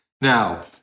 Now